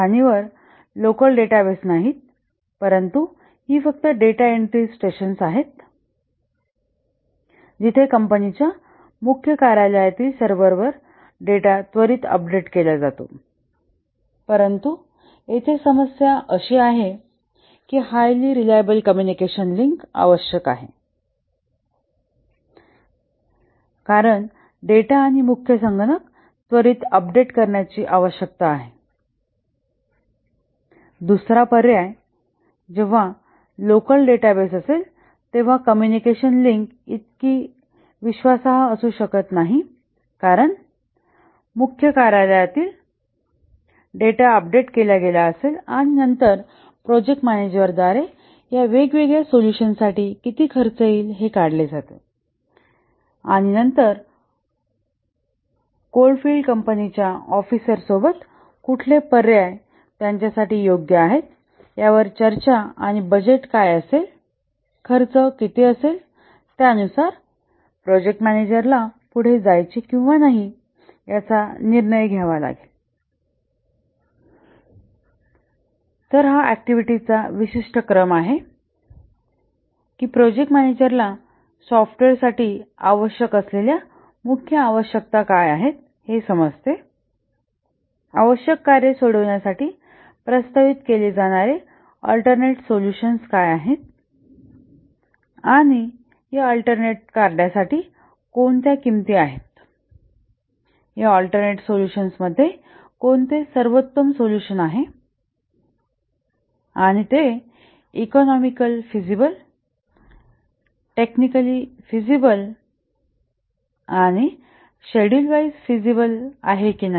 खाणींवर local database नाहीत परंतु ही फक्त डेटा एंट्री स्टेशन आहेत जिथे कंपनीच्या मुख्य कार्यालयातील सर्व्हरवर डेटा त्वरित अपडेट केला जातो परंतु येथे समस्या अशी आहे की हायली रिलायबल कम्युनिकेशन लिंक आवश्यक आहे कारण डेटा आणि मुख्य संगणक त्वरित अपडेट करण्याची आवश्यकता आहे दुसरा पर्याय जेव्हा लोकल डेटाबेस असेल तेव्हा कम्युनिकेशन लिंक इतका विश्वासार्ह असू शकत नाही कारण मुख्य कार्यालयातील डेटा अपडेट केला गेला असेल आणि प्रोजेक्ट मॅनेजर द्वारे या वेगवेगळ्या सोल्युशन्ससाठी किती खर्च येईल हे काढले जाते आणि नंतर कोलफील्ड कंपनीच्या ऑफिसर सोबत कुठले पर्याय त्यांच्यासाठी योग्य आहे आहे यावर चर्चा आणि बजेट काय असेल खर्च किती असेल त्यानुसार प्रोजेक्ट मॅनेजरला पुढे जायचे किंवा नाही याचा निर्णय घ्यावा लागेल तर हा ऍक्टिव्हिटीजचा विशिष्ट क्रम आहे की प्रोजेक्ट मॅनेजरला सॉफ्टवेअर साठी आवश्यक असलेल्या मुख्य आवश्यकता काय आहेत हे समजते आवश्यक कार्ये सोडवण्यासाठी प्रस्तावित केले जाणारे आल्टर्नेट सोल्यूशन्स काय आहेत आणि या आल्टर्नेट कार्यासाठी कोणत्या किंमती आहे या आल्टर्नेट सोल्यूशन्स मध्ये कोणते सर्वोत्तम सोल्यूशन्स आहे आणि तो इकॉनोमिक फिजिबल टेक्निकली फिजिबल आणि शेड्युल वाईज फिजिबल आहे की नाही